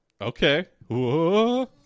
Okay